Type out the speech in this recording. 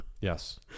yes